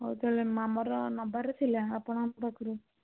ହଉ ତା'ହେଲେ ଆମର ନେବାର ଥିଲା ଆପଣଙ୍କ ପାଖରୁ